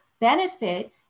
benefit